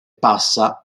passa